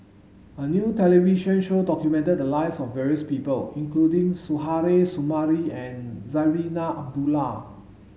a new television show documented the lives of various people including Suzairhe Sumari and Zarinah Abdullah